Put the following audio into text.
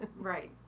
Right